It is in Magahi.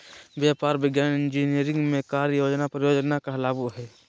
व्यापार, विज्ञान, इंजीनियरिंग में कार्य योजना परियोजना कहलाबो हइ